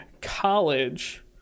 college